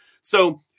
So-